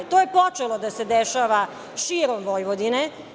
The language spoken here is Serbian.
To je počelo da se dešava širom Vojvodine.